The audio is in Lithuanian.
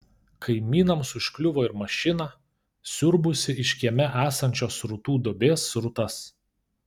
kaimynams užkliuvo ir mašina siurbusi iš kieme esančios srutų duobės srutas